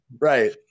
right